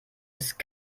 ist